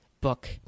book